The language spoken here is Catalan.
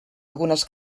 algunes